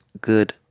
Good